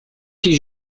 que